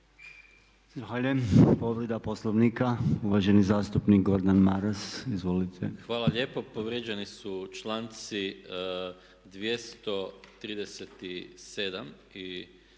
Hvala lijepo. Povrijeđeni su članci 237. i 238.